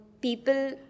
people